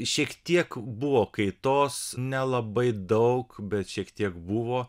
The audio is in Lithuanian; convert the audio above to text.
šiek tiek buvo kaitos nelabai daug bet šiek tiek buvo